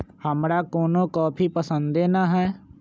हमरा कोनो कॉफी पसंदे न हए